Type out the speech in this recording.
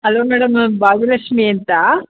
hello madam ನಾವು ಭಾಗ್ಯಲಕ್ಷ್ಮೀ ಅಂತಾ